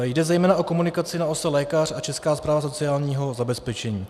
Jde zejména o komunikaci na ose lékař a Česká správa sociálního zabezpečení.